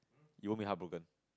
you won't be heartbroken